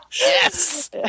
Yes